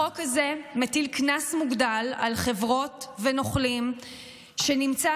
החוק הזה מטיל קנס מוגדל על חברות ונוכלים שנמצא